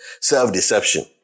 self-deception